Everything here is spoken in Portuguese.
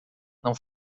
não